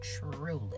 Truly